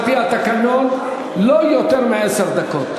יש על-פי התקנון לא יותר מעשר דקות.